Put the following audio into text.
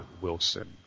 Wilson